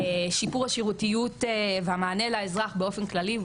שיפור השירותיות והמענה לאזרח באופן כללי,